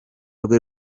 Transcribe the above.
rwe